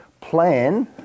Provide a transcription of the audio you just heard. plan